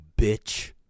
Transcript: bitch